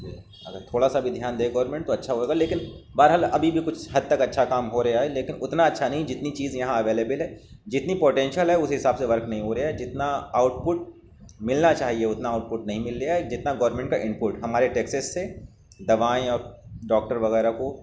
تھوڑا سا بھی دھیان دے گورنمینٹ تو اچھا ہوگا لیکن بہرحال ابھی بھی کچھ حد تک اچھا کام ہو رہا ہے لیکن اتنا اچھا نہیں جتنی چیز یہاں اویلیبل ہے جتنی پوٹینشیل ہے اس حساب سے ورک نہیں ہو رہا ہے جتنا آؤٹ پٹ ملنا چاہیے اتنا آؤٹ پٹ نہیں مل رہا ہے جتنا گورنمنٹ کا انپٹ ہمارے ٹیکسیز سے دوائیں اور ڈاکٹر وغیرہ کو